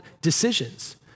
decisions